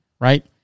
Right